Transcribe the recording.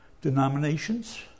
denominations